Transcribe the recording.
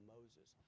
Moses